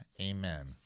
amen